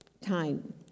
time